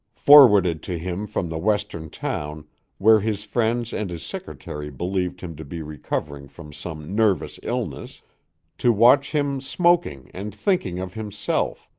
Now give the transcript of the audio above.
forwarded to him from the western town where his friends and his secretary believed him to be recovering from some nervous illness to watch him smoking and thinking of himself,